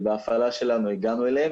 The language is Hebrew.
ובהפעלה שלנו הגענו אליהם,